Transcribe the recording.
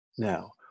now